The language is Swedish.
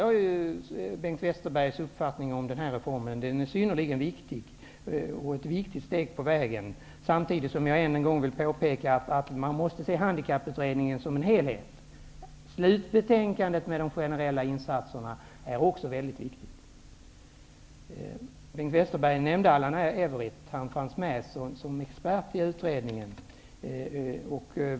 Jag delar Bengt Westerbergs uppfattning i fråga om den här reformen, som är synnerlig viktig. Reformen är ett viktigt steg på vägen. Men samtidigt vill jag ännu en gång påpeka att Handikapputredningen måste ses i dess helhet. Slutbetänkandet om de generella insatserna är också väldigt viktigt. Bengt Westerberg nämnde Allan Everitt, som satt med som expert i utredningen i fråga.